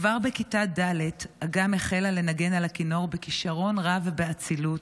כבר בכיתה ד' אגם החלה לנגן על הכינור בכישרון רב ובאצילות,